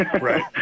Right